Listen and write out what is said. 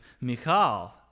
michal